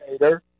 later